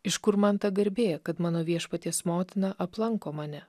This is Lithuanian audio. iš kur man ta garbė kad mano viešpaties motina aplanko mane